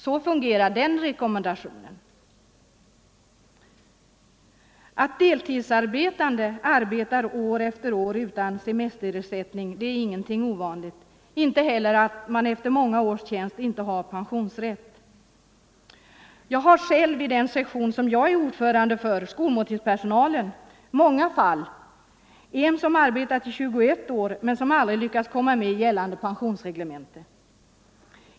Så fungerar den rekommendationen. mellan män och Att deltidsarbetande arbetar år efter år utan semesterersättning är ing — kvinnor, m.m. enting ovanligt, inte heller att man efter många års tjänst inte har pensionsrätt. I den sektion där jag är ordförande, för skolmåltidspersonal, har vi många fall. En hade arbetat i 21 år, men aldrig lyckats komma med i gällande pensionsreglemente.